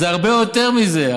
זה הרבה יותר מזה.